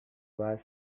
was